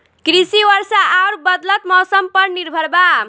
कृषि वर्षा आउर बदलत मौसम पर निर्भर बा